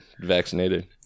vaccinated